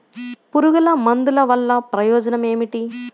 పురుగుల మందుల వల్ల ప్రయోజనం ఏమిటీ?